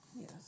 Yes